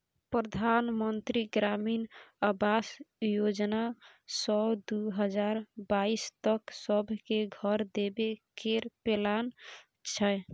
परधान मन्त्री ग्रामीण आबास योजना सँ दु हजार बाइस तक सब केँ घर देबे केर प्लान छै